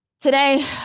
today